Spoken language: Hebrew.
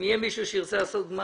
החלק הראשון הוא לפי חוק הכשרות כי